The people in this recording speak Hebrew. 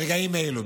ברגעים אלה,